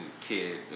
kid